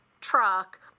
truck